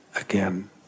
again